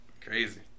Crazy